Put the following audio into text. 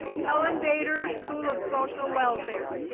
helen bader school of social welfare.